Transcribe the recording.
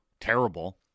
terrible